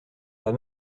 pas